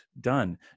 done